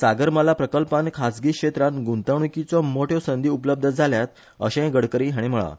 सागरमाला प्रकल्पान खासगी क्षेत्रान गुतवणुकीच्यो मोठ्यो संधी उपलब्द जाल्यात अशेंय गडकरी हाणी म्हटला